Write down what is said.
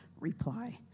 reply